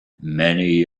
many